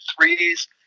threes